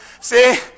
See